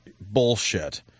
bullshit